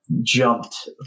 jumped